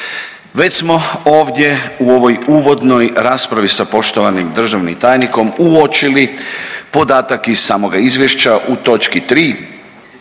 Već smo ovdje u ovoj uvodnoj raspravi sa poštovanim državnim tajnikom uočili podatak iz samoga izvješća u točki 3.